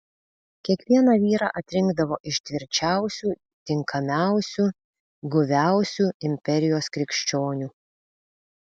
kiekvieną vyrą atrinkdavo iš tvirčiausių tinkamiausių guviausių imperijos krikščionių